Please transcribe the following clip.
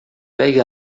pegue